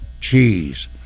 cheese